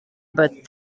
but